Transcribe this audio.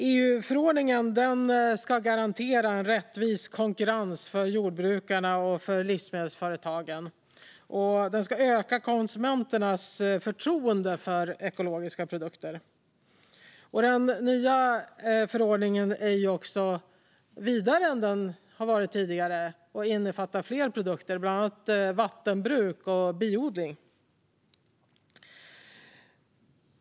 EU-förordningen ska garantera rättvis konkurrens för jordbrukarna och livsmedelsföretagen och öka konsumenternas förtroende för ekologiska produkter. Den nya förordningen är också vidare än den tidigare och innefattar fler produkter, bland annat produkter från vattenbruk och biodling.